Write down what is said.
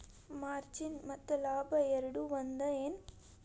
margin ಮತ್ತ ಲಾಭ ಎರಡೂ ಒಂದ ಏನ್